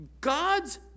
God's